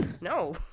no